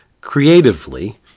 creatively